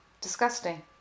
disgusting